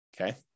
Okay